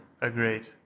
Agreed